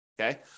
Okay